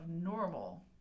normal